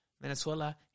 Venezuela